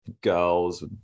girls